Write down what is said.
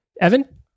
Evan